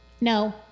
No